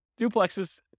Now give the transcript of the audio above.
duplexes